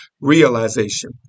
realization